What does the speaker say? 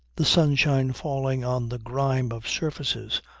the sunshine falling on the grime of surfaces,